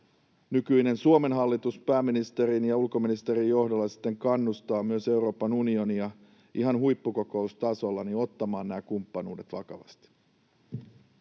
nykyinen Suomen hallitus pääministerin ja ulkoministerin johdolla sitten kannustaa myös Euroopan unionia ihan huippukokoustasolla ottamaan nämä kumppanuudet vakavasti.